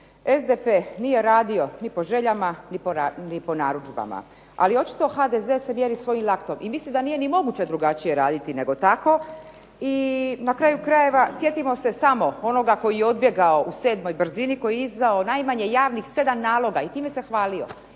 SDP nije radio ni po željama ni po narudžbama ali očito HDZ se mjeri svojim laktom i mislim da nije ni moguće drugačije raditi nego tako. I na kraju krajeva, sjetimo se samo onoga koji je odbjegao u sedmoj brzini, koji je izdao najmanje javnih sedam naloga i time se hvalio